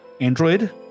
android